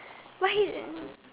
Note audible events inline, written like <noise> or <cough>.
why he <noise>